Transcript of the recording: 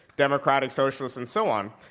democratic socialists, and so on.